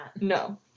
No